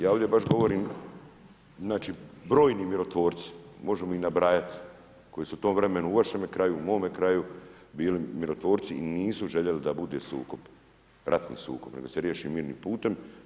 Ja ovdje baš govorim, znači brojni mirotvorci, možemo ih nabrajati, koji su u tom vremenu u vašemu kraju, u mome kraju bili mirotvorci i nisu željeli da bude sukob, ratni sukob, nego da se riješi mirnim putem.